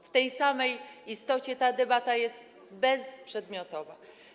W samej swej istocie ta debata jest bezprzedmiotowa.